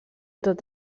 tot